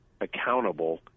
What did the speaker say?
accountable